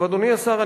אדוני השר,